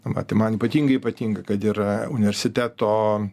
vat ir man ypatingai patinka kad yra universiteto